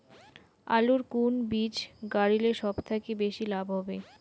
আলুর কুন বীজ গারিলে সব থাকি বেশি লাভ হবে?